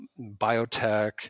biotech